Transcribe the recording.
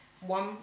One